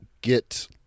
get